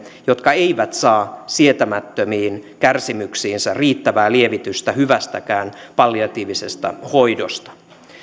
jotka eivät saa sietämättömiin kärsimyksiinsä riittävää lievitystä hyvästäkään palliatiivisesta hoidosta